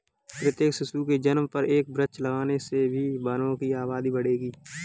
प्रत्येक शिशु के जन्म पर एक वृक्ष लगाने से भी वनों की आबादी बढ़ेगी